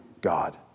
God